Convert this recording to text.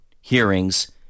hearings